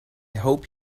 hope